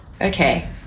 Okay